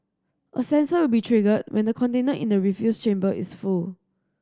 a sensor will be triggered when the container in the refuse chamber is full